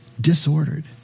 disordered